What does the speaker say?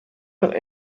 einmal